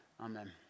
amen